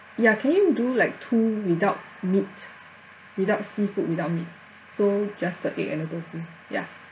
ya can you do like two without meat without seafood without meat so just the egg and the tofu ya